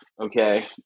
okay